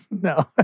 No